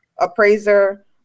appraiser